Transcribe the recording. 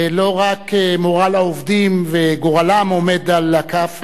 לא רק מורל העובדים וגורלם העומד על הכף,